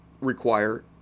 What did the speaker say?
require